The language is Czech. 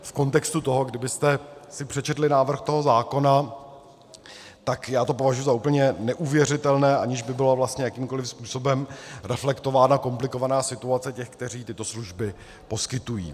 V kontextu toho, kdybyste si přečetli návrh toho zákona, tak já to považuji za úplně neuvěřitelné, aniž by byla vlastně jakýmkoli způsobem reflektována komplikovaná situace těch, kteří tyto služby poskytují.